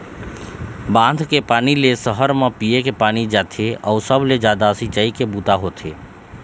बांध के पानी ले सहर म पीए के पानी जाथे अउ सबले जादा सिंचई के बूता होथे